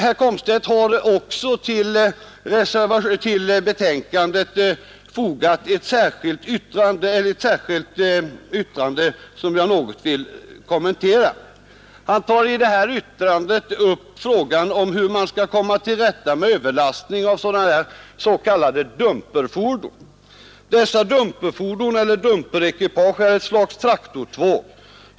Herr Komstedt har också till betänkandet fogat ett särskilt yttrande, som jag något vill kommentera. Han tar i sitt yttrande upp frågan om hur man skall komma till rätta med överlastning av s.k. dumperfordon. Dessa dumperekipage är ett slags traktortåg.